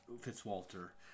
Fitzwalter